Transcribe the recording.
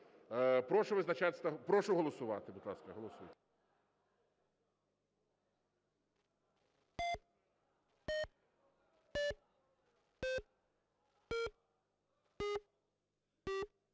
Прошу голосувати. Будь ласка, голосуємо.